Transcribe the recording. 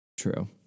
true